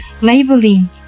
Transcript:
labeling